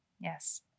Yes